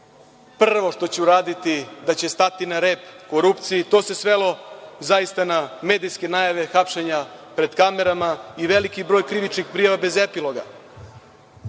prvo što će uraditi, da će stati na red korupciji, to se svelo zaista na medijske najave hapšenja pred kamerama i veliki broj krivičnih prijava bez epiloga